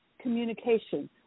Communication